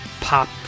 pop